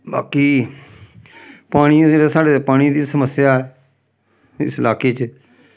बाकी पानियै दे जेह्ड़े साढ़े पानी दी समस्या ऐ इस लाके च